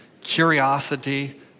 curiosity